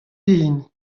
den